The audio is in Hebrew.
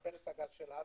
ולקבל את הגז שלנו,